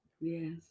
Yes